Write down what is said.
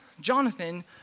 Jonathan